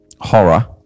horror